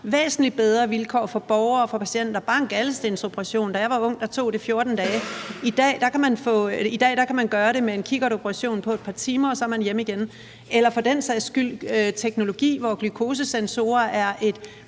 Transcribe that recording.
væsentlig bedre vilkår for borgere, for patienter. Bare en galdestensoperation – da jeg var ung, tog det 14 dage, i dag kan man gøre det med en kikkertoperation på et par timer, og så er man hjemme igen. Eller for den sags skyld i forbindelse med teknologi, hvor f.eks. glukosesensorer er et